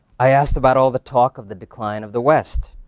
i asked about all the talk of the decline of the west.